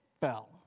fell